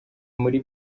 muri